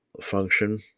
function